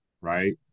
right